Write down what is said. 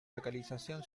localización